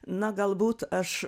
na galbūt aš